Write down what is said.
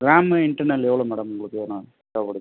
RAM internal எவ்வளோ madam உங்களுக்கு வேணும்